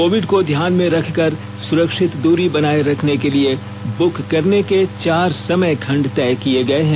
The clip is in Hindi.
कोविड को ध्यान में रखकर सुरक्षित दूरी बनाये रखने के लिए पहले से बुक करने के चार समय खंड तय किये गए हैं